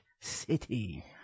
City